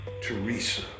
Teresa